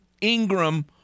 Ingram